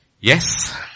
Yes